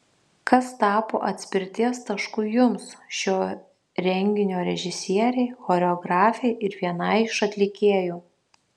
kas tapo atspirties tašku jums šio renginio režisierei choreografei ir vienai iš atlikėjų